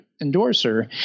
endorser